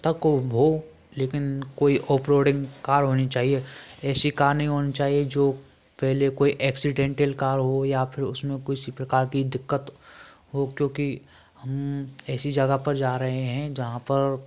तक हो लेकिन कोई ऑफ रोडिंग कार होनी चाहिए ऐसी कार नहीं होनी चाहिए जो पहले कोई अक्सीडेंटल कार हो या फ़िर उसमें किसी प्रकार की दिक्कत हो क्यों की हम ऐसी जगह पर जा रहें हैं जहाँ पर